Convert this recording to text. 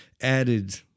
added